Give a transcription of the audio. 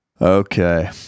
Okay